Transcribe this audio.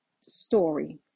story